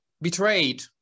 betrayed